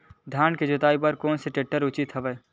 धान के जोताई बर कोन से टेक्टर ह उचित हवय?